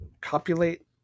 copulate